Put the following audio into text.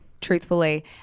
truthfully